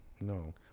no